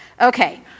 Okay